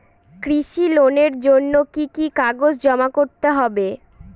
কৃষি লোনের জন্য কি কি কাগজ জমা করতে হবে?